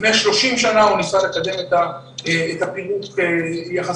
לפני 30 שנה הוא ניסה לקדם את הפירוק יחס